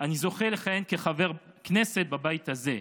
אני זוכה לכהן כחבר כנסת בבית הזה,